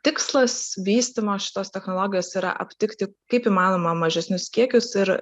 tikslas vystymo šitos technologijos yra aptikti kaip įmanoma mažesnius kiekius ir